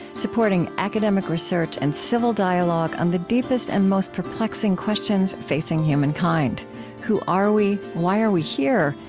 supporting academic research and civil dialogue on the deepest and most perplexing questions facing humankind who are we? why are we here?